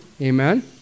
Amen